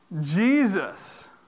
Jesus